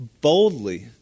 Boldly